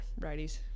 righties